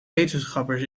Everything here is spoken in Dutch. wetenschappers